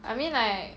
I mean like